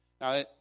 Now